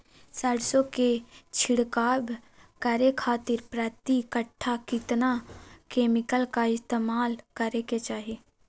सरसों के छिड़काव करे खातिर प्रति कट्ठा कितना केमिकल का इस्तेमाल करे के चाही?